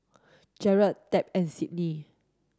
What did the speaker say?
Jerrell Tab and Sydnee